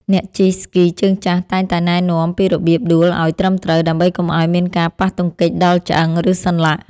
អ្នកជិះស្គីជើងចាស់តែងតែណែនាំពីរបៀបដួលឱ្យត្រឹមត្រូវ ដើម្បីកុំឱ្យមានការប៉ះទង្គិចដល់ឆ្អឹង ឬសន្លាក់។